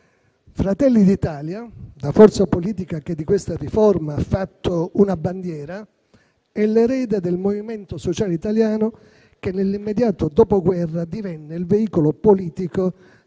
Fratelli d'Italia, la forza politica che di questa riforma ha fatto una bandiera, è l'erede del Movimento Sociale Italiano, che nell'immediato Dopoguerra divenne il veicolo politico